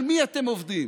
על מי אתם עובדים?